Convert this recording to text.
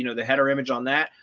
you know the header image on that,